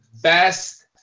best